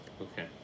Okay